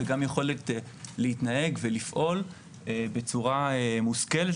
וגם יכולת להתנהג ולפעול בצורה מושכלת,